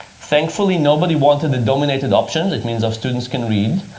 thankfully, nobody wanted the dominant and option. that means our students can read.